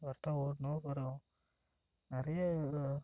கரெட்டாக ஓட்டணும் அப்புறோம் நிறைய ஒரு